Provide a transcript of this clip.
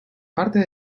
parte